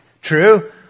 True